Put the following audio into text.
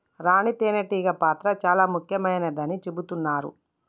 రాణి తేనే టీగ పాత్ర చాల ముఖ్యమైనదని చెబుతున్నరు